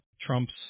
Trump's